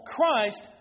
Christ